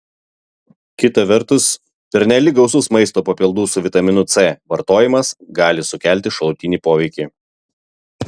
kita vertus pernelyg gausus maisto papildų su vitaminu c vartojimas gali sukelti šalutinį poveikį